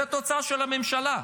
זאת התוצאה של הממשלה.